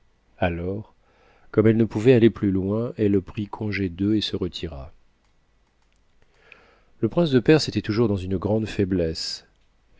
alors comme ellene pouvait aller plus loin elle prit congé d'eux et se retira le prince de perse était toujours dans une grande faiblesse